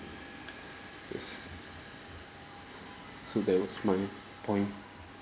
yes so that was my point